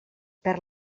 perd